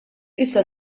issa